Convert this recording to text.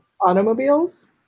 automobiles